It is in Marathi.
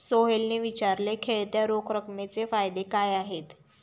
सोहेलने विचारले, खेळत्या रोख रकमेचे फायदे काय आहेत?